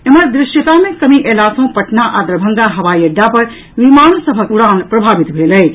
एम्हर दृश्यता मे कमी अयला सँ पटना आ दरभंगा हवाई अड्डा पर विमान सभक उड़ान प्रभावित भेल अछि